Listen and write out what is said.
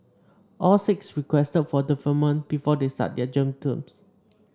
all six requested for deferment before they start their jail terms